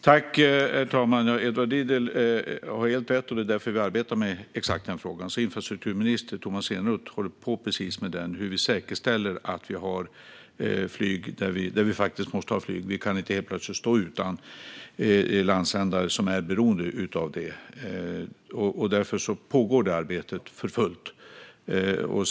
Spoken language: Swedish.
Herr talman! Edward Riedl har helt rätt, och vi håller på med exakt den frågan. Infrastrukturminister Tomas Eneroth arbetar med hur vi säkerställer att vi har flyg där vi faktiskt måste ha flyg. Vi kan inte helt plötsligt stå utan i landsändar som är beroende av det. Därför pågår det arbetet för fullt.